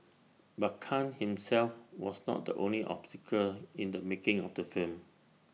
but Khan himself was not the only obstacle in the making of the film